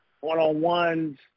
one-on-ones